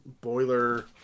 boiler